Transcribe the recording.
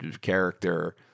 character